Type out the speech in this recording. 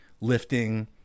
lifting